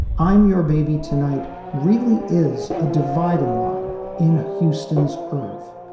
i'm your baby tonight really is a dividing line in houston's urv.